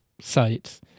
sites